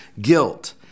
guilt